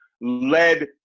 led